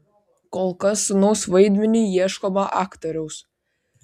kol kas sūnaus vaidmeniui ieškoma aktoriaus